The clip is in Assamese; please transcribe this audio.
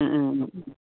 অঁ অঁ